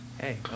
Hey